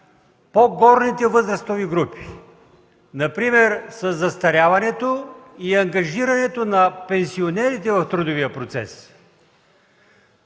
по-горните възрастови групи, например със застаряването и ангажирането на пенсионерите в трудовия процес.